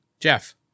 Jeff